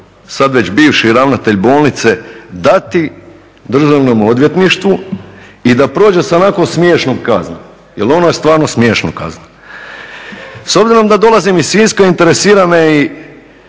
sad već bivši ravnatelj bolnice dati Državnom odvjetništvu i da prođe sa onako smiješnom kaznom, jer ono je stvarno smiješna kazna. S obzirom da dolazim iz Siska interesira me i